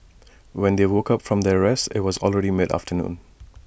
when they woke up from their rest IT was already mid afternoon